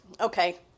Okay